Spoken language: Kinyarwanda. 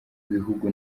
bihugu